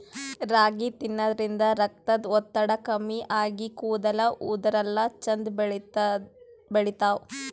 ರಾಗಿ ತಿನ್ನದ್ರಿನ್ದ ರಕ್ತದ್ ಒತ್ತಡ ಕಮ್ಮಿ ಆಗಿ ಕೂದಲ ಉದರಲ್ಲಾ ಛಂದ್ ಬೆಳಿತಾವ್